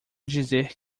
dizer